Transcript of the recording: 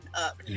up